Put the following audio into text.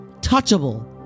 touchable